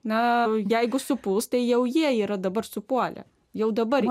na jeigu supuls tai jau jie yra dabar supuolę jau dabar